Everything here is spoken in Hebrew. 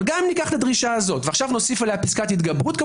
אבל גם ניקח את הדרישה הזו ונוסיף עליה פסקת התגברות זה